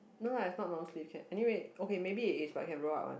not lah it's not long sleeve yet anyway okay maybe it is but can roll up one